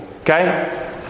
okay